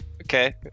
okay